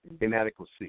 inadequacy